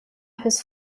his